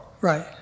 right